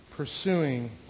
Pursuing